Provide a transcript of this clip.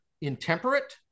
intemperate